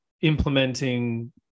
implementing